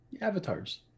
avatars